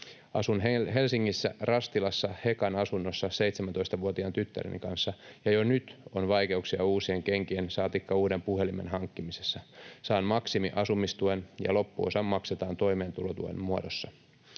Asun Helsingissä Rastilassa Hekan asunnossa 17-vuotiaan tyttäreni kanssa, ja jo nyt on vaikeuksia uusien ken-kien saatikka uuden puhelimen hankkimisessa. Saan maksimiasumistuen, ja loppuosa maksetaan toimeentulotuen muodossa.